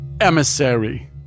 emissary